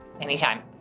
Anytime